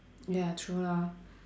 ya true lah